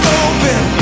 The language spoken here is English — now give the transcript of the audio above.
open